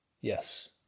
yes